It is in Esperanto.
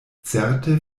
certe